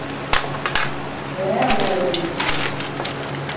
ᱦᱮᱸ ᱩᱱᱟᱹᱜ ᱜᱟᱱ ᱜᱤᱧ ᱦᱟᱛᱟᱣᱟ